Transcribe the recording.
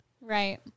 Right